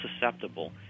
susceptible